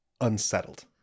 unsettled